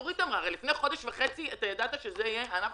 הרי לפני חודש וחצי ידעת שזה יהיה הענף